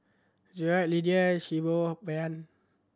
Jerod Lydia